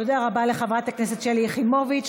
תודה רבה לחברת הכנסת שלי יחימוביץ.